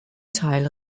teil